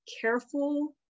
careful